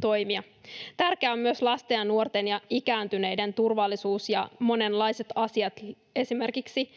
toimia sen eteen. Tärkeää on myös lasten ja nuorten ja ikääntyneiden turvallisuus ja monenlaiset asiat. Esimerkiksi